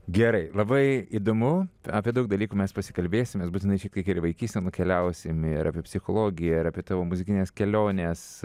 gerai labai įdomu apie daug dalykų mes pasikalbėsim būtinai šiek tiek ir į vaikystę nukeliausim ir apie psichologiją ir apie tavo muzikines keliones